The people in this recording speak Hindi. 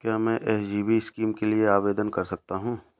क्या मैं एस.जी.बी स्कीम के लिए आवेदन कर सकता हूँ?